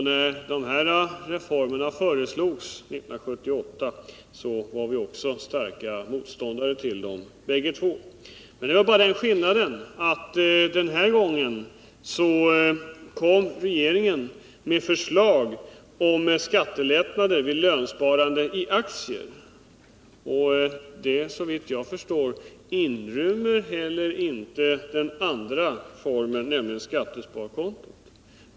När de här reformerna föreslogs 1978 var vi också starka motståndare till dem bägge två. Det är bara den skillnaden att den här gången kom regeringen med förslag om skattelättnader vid lönsparande i aktier, och det inrymmer såvitt jag förstår inte den andra formen, skattesparkontot.